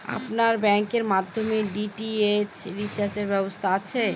আপনার ব্যাংকের মাধ্যমে ডি.টি.এইচ রিচার্জের ব্যবস্থা আছে?